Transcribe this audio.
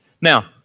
Now